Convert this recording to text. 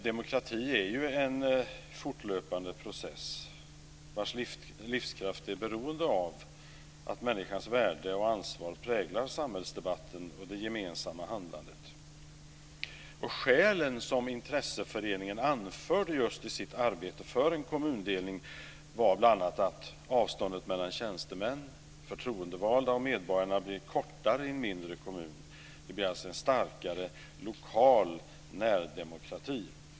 Demokrati är en fortlöpande process, vars livskraft är beroende av att människans värde och ansvar präglar samhällsdebatten och det gemensamma handlandet. Skälen som intresseföreningen anförde i sitt arbete för en kommundelning var bl.a. att avståndet mellan tjänstemän, förtroendevalda och medborgare blir kortare i en mindre kommun. Det blir alltså en starkare lokal närdemokrati.